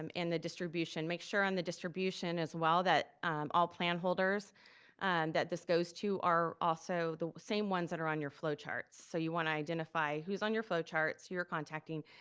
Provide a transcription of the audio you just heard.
um and the distribution. make sure on the distribution as well that all plan holders that this goes to are also the same ones that are on your flowcharts. so you wanna identify who's on your flowcharts, who you're contacting,